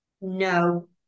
no